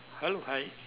hello hi